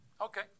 Okay